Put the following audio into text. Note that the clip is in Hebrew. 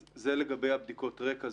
אז זה לגבי בדיקות הרקע.